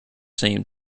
seemed